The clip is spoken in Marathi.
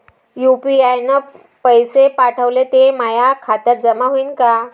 यू.पी.आय न पैसे पाठवले, ते माया खात्यात जमा होईन का?